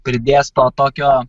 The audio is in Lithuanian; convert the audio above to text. pridės to tokio